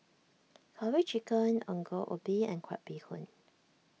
Curry Chicken Ongol Ubi and Crab Bee Hoon